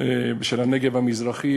של הנגב המזרחי,